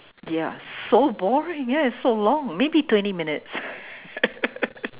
ya so boring yes so long maybe twenty minutes